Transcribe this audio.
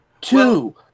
Two